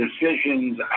decisions